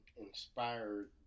inspired